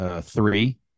Three